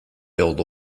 build